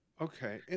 okay